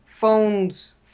phones